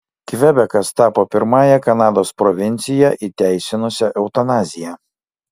kvebekas tapo pirmąja kanados provincija įteisinusia eutanaziją